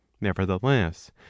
nevertheless